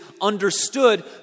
understood